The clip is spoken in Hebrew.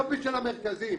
זה לא מיליונים,